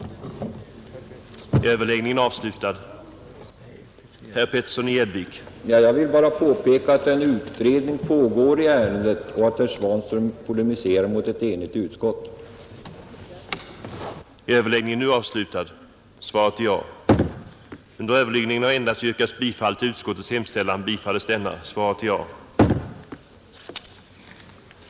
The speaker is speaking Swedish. INrap: HERRRas UtoRdS ning m.m.